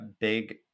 big